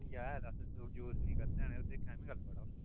urea ऐल अस use नीं करदे हैन